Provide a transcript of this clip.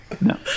No